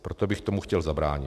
Proto bych tomu chtěl zabránit.